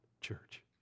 church